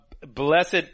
blessed